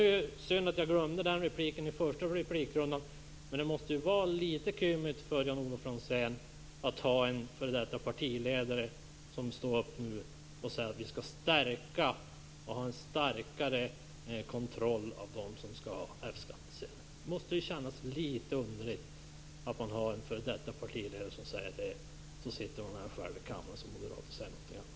Det var synd att jag glömde den här repliken i den första replikrundan, men det måste vara litet kymigt för Jan-Olof Franzén att ha en f.d. partiledare som nu står upp och säger att vi skall ha en starkare kontroll av dem som skall ha F-skattsedel. Det måste kännas litet underligt att ha en f.d. partiledare som säger det när man själv sitter här i kammaren som moderat och säger någonting annat.